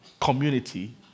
community